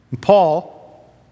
Paul